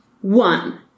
one